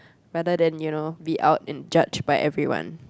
rather than you know be out and judged by everyone